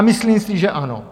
Myslím si, že ano.